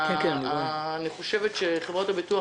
אני חושבת שחברות הביטוח